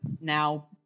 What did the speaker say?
now